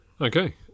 Okay